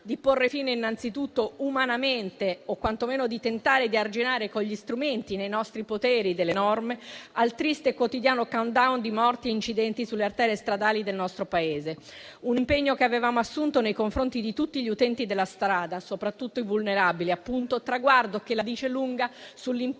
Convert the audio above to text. di porre fine innanzitutto umanamente, o quantomeno di tentare di arginare con gli strumenti nei nostri poteri che sono le norme, al triste e quotidiano *countdown* di morti e incidenti sulle arterie stradali del nostro Paese. Un impegno che avevamo assunto nei confronti di tutti gli utenti della strada, soprattutto i vulnerabili, traguardo che la dice lunga sull'impegno